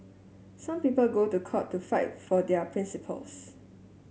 some people go to court to fight for their principles